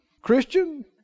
Christian